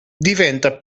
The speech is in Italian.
diventa